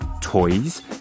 toys